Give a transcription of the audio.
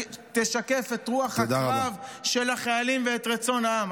שתשקף את רוח הקרב של החיילים ואת רצון העם.